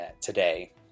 today